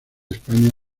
españa